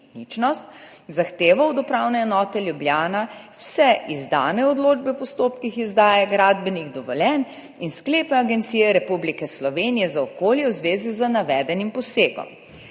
zahteval od Upravne enote Ljubljana vse izdane odločbe v postopkih izdaje gradbenih dovoljenj in sklepe Agencije Republike Slovenije za okolje v zvezi z navedenim posegom.